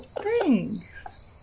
Thanks